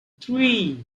three